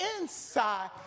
inside